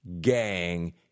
gang